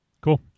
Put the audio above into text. Cool